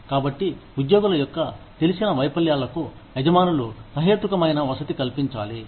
కాబట్టి ఉద్యోగుల యొక్క తెలిసిన వైఫల్యాలకు యజమానులు సహేతుకమైన వసతి కల్పించాలి